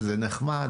וזה נחמד,